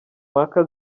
mpaka